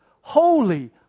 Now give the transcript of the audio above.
Holy